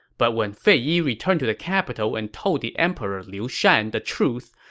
but when fei yi returned to the capital and told the emperor liu shan the truth,